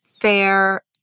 fair